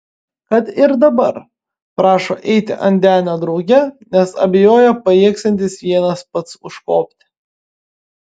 kad ir dabar prašo eiti ant denio drauge nes abejoja pajėgsiantis vienas pats užkopti